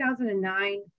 2009